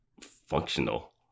functional